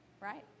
right